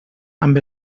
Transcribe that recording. amb